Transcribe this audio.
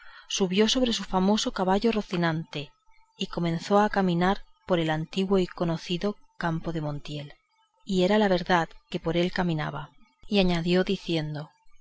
subió sobre su famoso caballo rocinante y comenzó a caminar por el antiguo y conocido campo de montiel y era la verdad que por él caminaba y añadió diciendo